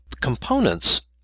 components